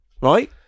Right